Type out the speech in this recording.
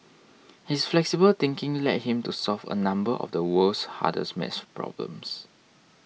his flexible thinking led him to solve a number of the world's hardest math problems